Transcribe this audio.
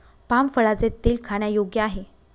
palm फळाचे तेल खाण्यायोग्य आहे